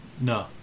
No